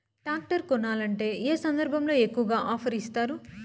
Tractor కొనాలంటే ఏ సందర్భంలో ఎక్కువగా ఆఫర్ ఇస్తారు?